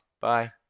Bye